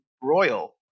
royal